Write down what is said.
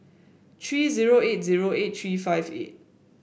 three zero eight zero eight three five eight